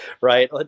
right